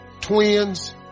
twins